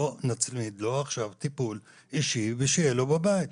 בואו נצמיד לו עכשיו טיפול אישי ושיהיה לו בבית.